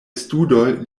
studoj